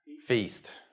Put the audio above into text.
feast